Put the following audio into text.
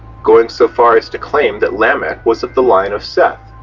going so far as to claim that lamech was of the line of seth.